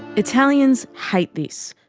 italians hate this,